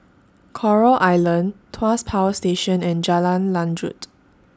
Coral Island Tuas Power Station and Jalan Lanjut